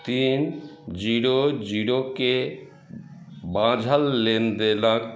तीन zero zero के बाँझल लेनदेनक